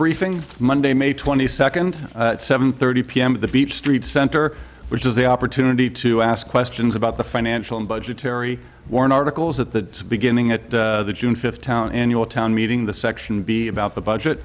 briefing monday may twenty second at seven thirty p m at the beach street center which is the opportunity to ask questions about the financial and budgetary worn articles at the beginning at the june fifth town in your town meeting the section b about the budget